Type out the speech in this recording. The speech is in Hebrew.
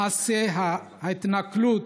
מעשי התנכלות,